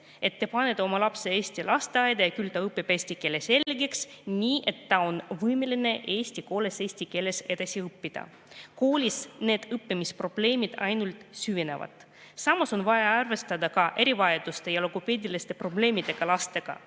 et te panete oma lapse eesti lasteaeda ja küll ta õpib eesti keele selgeks, nii et ta on võimeline eesti koolis eesti keeles edasi õppima. Koolis need õppimisprobleemid ainult süvenevad. Samas on vaja arvestada ka erivajaduste ja logopeediliste probleemidega lastega.